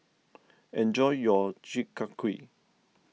enjoy your Chi Kak Kuih